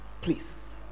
please